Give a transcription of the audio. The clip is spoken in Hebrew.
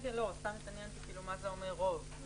סתם התעניינתי מה זה אומר רוב.